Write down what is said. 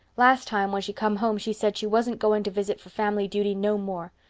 last time when she come home she said she wasn't going to visit for family duty no more.